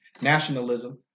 nationalism